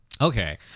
Okay